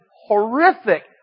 horrific